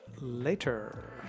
later